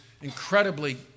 incredibly